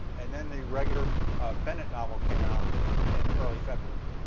and then the regular bennett novel came out in early february.